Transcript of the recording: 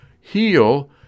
heal